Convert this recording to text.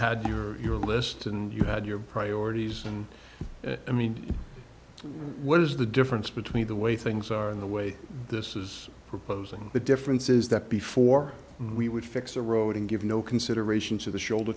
d your list and you had your priorities and i mean what is the difference between the way things are in the way this is proposing the difference is that before we would fix the road and give no consideration to the shoulder